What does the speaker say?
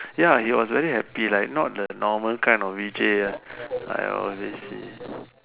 ya he was very happy like not the normal kind of Vijay ah I always see